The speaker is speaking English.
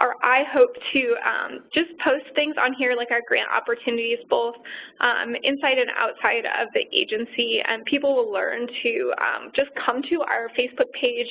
or i hope to just post things on here like our grant opportunities both um inside and outside of the agency, and people will learn to just come to our facebook page